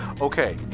Okay